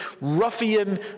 ruffian